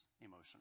emotionally